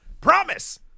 Promise